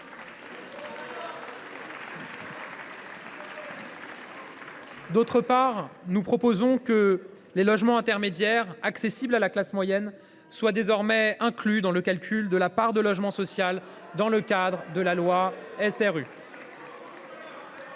D’autre part, nous proposerons que les logements intermédiaires, accessibles à la classe moyenne, soient désormais inclus dans le calcul de la part de logement social que prévoit la loi SRU.